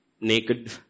naked